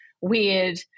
weird